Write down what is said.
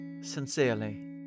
Sincerely